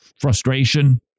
frustration